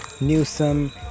Newsom